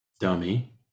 dummy